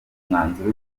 umwanzuro